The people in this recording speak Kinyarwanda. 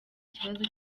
ikibazo